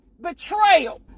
betrayal